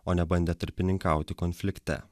o ne bandė tarpininkauti konflikte